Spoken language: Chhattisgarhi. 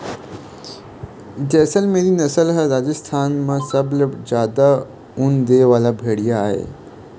जैसलमेरी नसल ह राजस्थान म सबले जादा ऊन दे वाला भेड़िया आय